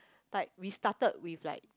like we started with like